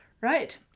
Right